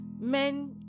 men